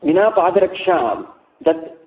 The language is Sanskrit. विना पादरक्षां